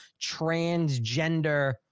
transgender